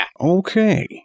Okay